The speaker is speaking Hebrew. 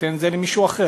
שייתן את זה למישהו אחר.